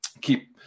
keep